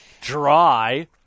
Dry